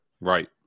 Right